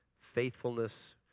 faithfulness